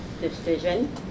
decision